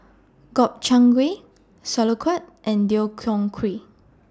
Gobchang Gui Sauerkraut and Deodeok Gui